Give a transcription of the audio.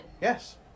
Yes